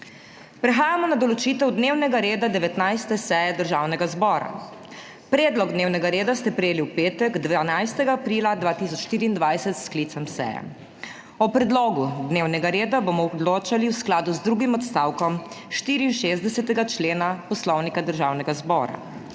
Prehajamo na **določitev dnevnega reda** 19. seje Državnega zbora. Predlog dnevnega reda ste prejeli v petek, 12. aprila 2024, s sklicem seje. O predlogu dnevnega reda bomo odločali v skladu z drugim odstavkom 64. člena Poslovnika Državnega zbora.